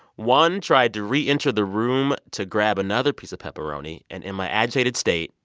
one tried to re-enter the room to grab another piece of pepperoni, and, in my agitated state,